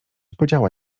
podziała